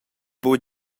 buca